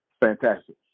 Fantastic